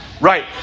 Right